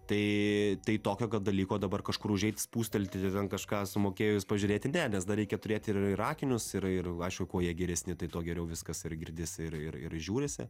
tai tai tokio kad dalyko dabar kažkur užeit spūstelti ten kažką sumokėjus pažiūrėti ne nes dar reikia turėti ir ir akinius ir ir aišku kuo jie geresni tai tuo geriau viskas ir girdisi ir ir žiūrisi